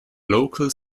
local